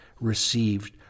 received